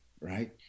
right